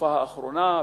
בתקופה האחרונה,